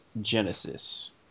genesis